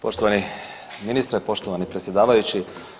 Poštovani ministre, poštovani predsjedavajući.